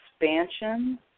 expansion